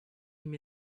him